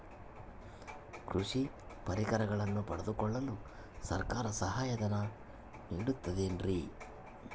ಕೃಷಿ ಪರಿಕರಗಳನ್ನು ಪಡೆದುಕೊಳ್ಳಲು ಸರ್ಕಾರ ಸಹಾಯಧನ ನೇಡುತ್ತದೆ ಏನ್ರಿ?